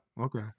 Okay